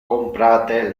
comprate